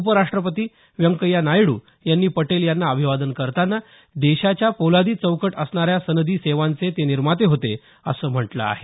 उपराष्ट्रपती व्यंकया नायड्र यांनी पटेल यांना अभिवादन करतांना देशाच्या पोलादी चौकट असणाऱ्या सनदी सेवांचे ते निर्माते होते असं म्हटलं आहे